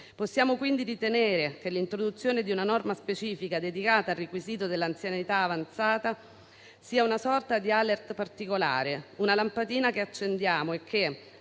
Possiamo quindi ritenere che l'introduzione di una norma specifica dedicata al requisito dell'età avanzata sia una sorta di *alert* particolare, una lampadina che accendiamo e che,